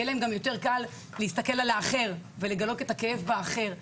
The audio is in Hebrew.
יהיה להם גם יותר קל להסתכל על האחר ולגלות את הכאב של האחר.